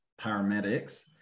paramedics